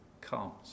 comes